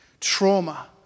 trauma